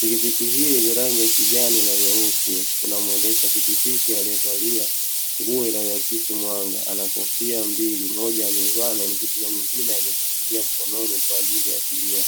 Pikipiki hii yenye rangi ya kijani na nyeusi kuna muendesha pikipiki alievalia nguo inayoakisi mwanga, ana kofia mbili moja amevaa na nyingine ameshikilia mkononi kwa ajili ya abiria.